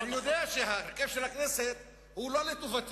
אני יודע שהקשר לכנסת הוא לא לטובתי,